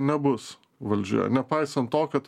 nebus valdžioje nepaisant to kad